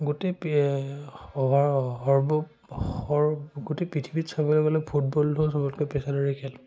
গোটেই পি সৰ্ব গোটেই পৃথিৱীত চাবলৈ গ'লে ফুটবলটো চবতকৈ পেছাদাৰী খেল